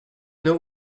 know